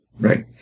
Right